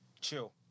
chill